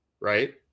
right